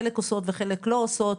שחלק עושות וחלק לא עושות,